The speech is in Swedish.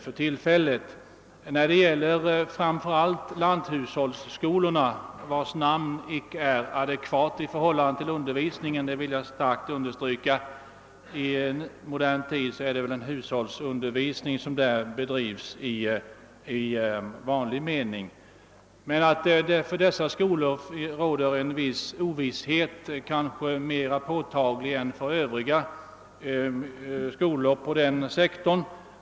Men framför allt när det gäller lanthushållsskolorna — jag vill starkt understryka att det namnet inte är adekvat i förhållande till undervisningen, i våra dagar är det väl snarare hushållsundervisning i vanlig mening som bedrivs där — råder det en viss osäkerhet. Den osäkerheten är kanske mera påtaglig än beträffande övriga skolor inom den sektorn.